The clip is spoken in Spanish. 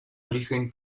origen